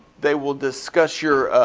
they will discuss your